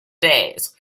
days